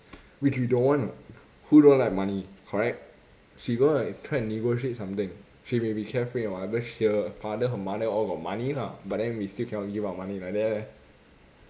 which we don't want who don't like money correct she going to like try and negotiate something she may be carefree or she her father her mother all got money lah but then we still cannot give out money like that leh